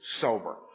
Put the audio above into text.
sober